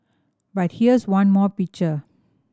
but here's one more picture